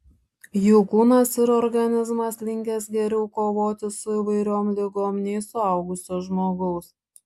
jų kūnas ir organizmas linkęs geriau kovoti su įvairiom ligom nei suaugusio žmogaus